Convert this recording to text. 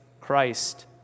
Christ